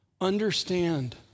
Understand